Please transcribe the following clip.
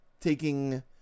taking